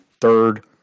third